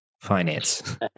finance